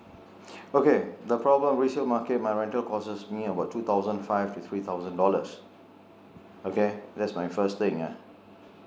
okay the problem resale market my rental costs me about two thousand five to three thousand dollars okay that's my first thing ya